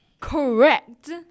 Correct